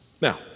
now